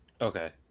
Okay